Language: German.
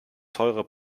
teure